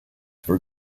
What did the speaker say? for